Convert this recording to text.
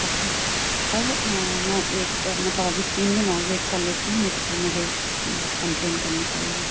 okay और मैं एक मतलब अभी तीन दिन और वेट कर लेती हूँ नहीं तो मुझे कंप्लेन करनी पड़ेगी